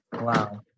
Wow